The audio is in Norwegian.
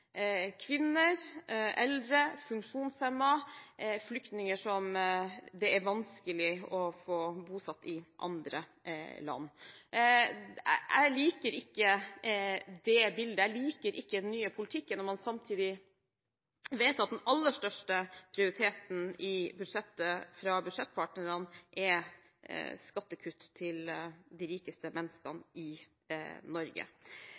kvinner, eldre, funksjonshemmede og flyktninger som det er vanskelig å få bosatt i andre land. Jeg liker ikke det bildet. Jeg liker ikke den nye politikken når man samtidig vet at den aller største prioriteten i budsjettet fra budsjettpartnerne er skattekutt til de rikeste menneskene i Norge.